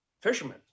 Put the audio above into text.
fishermen